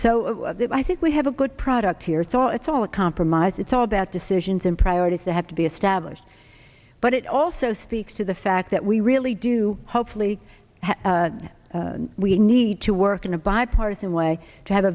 so i think we have a good product here thought it's all a compromise it's all about decisions and priorities that have be established but it also speaks to the fact that we really do hopefully we need to work in a bipartisan way to have